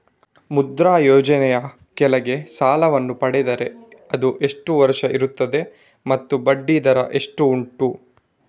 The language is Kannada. ಮುದ್ರಾ ಯೋಜನೆ ಯ ಕೆಳಗೆ ಸಾಲ ವನ್ನು ಪಡೆದರೆ ಅದು ಎಷ್ಟು ವರುಷ ಇರುತ್ತದೆ ಮತ್ತು ಬಡ್ಡಿ ದರ ಎಷ್ಟು ಉಂಟು?